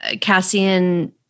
Cassian